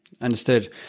understood